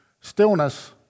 stillness